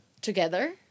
together